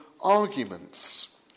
arguments